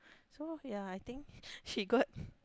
so ya I think she got